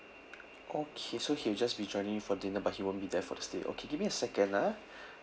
okay so he'll just be joining you for dinner but he won't be there for the stay okay give me a second ah